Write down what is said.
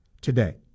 today